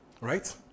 Right